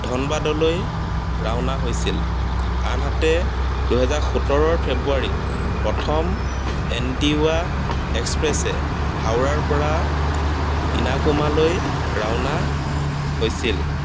ধনবাদলৈ ৰাওনা হৈছিল আনহাতে দুহেজাৰ সোতৰৰ ফেব্ৰুৱাৰীত প্ৰথম এনটিউৱা এক্সপ্ৰেছে হাওৰাৰ পৰা ইনাকোমালৈ ৰাওনা হৈছিল